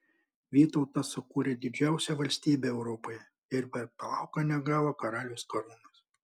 vytautas sukūrė didžiausią valstybę europoje ir per plauką negavo karaliaus karūnos